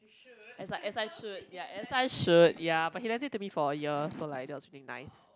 as I as I should ya as I should ya but he lent it to me for a year so like that was really nice